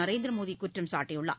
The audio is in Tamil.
நரேந்திரமோடி குற்றம் சாட்டியுள்ளார்